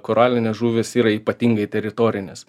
koralinės žuvys yra ypatingai teritorinės